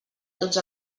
tots